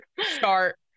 start